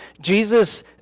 Jesus